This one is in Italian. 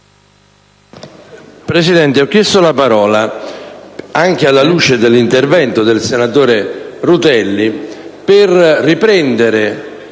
Presidente, ho chiesto la parola, anche alla luce dell'intervento del senatore Rutelli, per riprendere